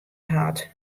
hart